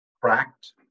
cracked